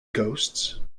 ghosts